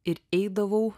ir eidavau